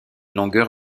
longueur